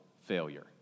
failure